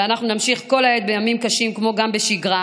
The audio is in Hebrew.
ואנחנו נמשיך כל העת, בימים קשים כמו גם בשגרה,